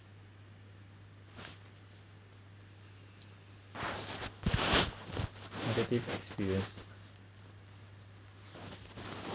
negative experience